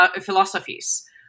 philosophies